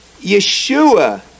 Yeshua